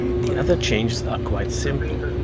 the other changes are quite simple.